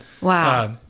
Wow